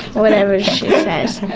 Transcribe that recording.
whatever she says!